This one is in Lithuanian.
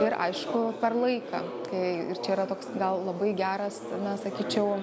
ir aišku per laiką kai čia yra toks gal labai geras na sakyčiau